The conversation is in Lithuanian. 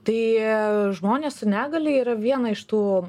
tai žmonės su negalia yra viena iš tų